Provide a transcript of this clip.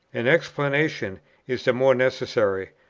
an explanation is the more necessary,